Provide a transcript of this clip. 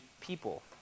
people